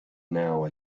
now